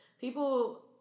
People